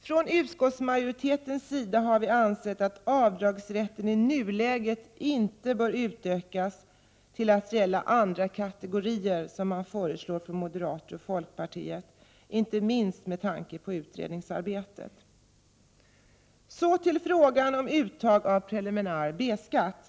Från utskottsmajoritetens sida har vi ansett att avdragsrätten i nuläget inte bör utökas till att gälla även andra kategorier — som moderater och folkpartister föreslår — inte minst med tanke på utredningsarbetet. Så till frågan om uttag av preliminär B-skatt.